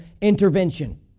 intervention